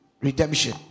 redemption